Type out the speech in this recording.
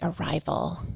arrival